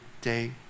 day